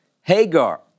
Hagar